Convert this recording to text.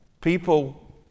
People